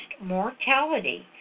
mortality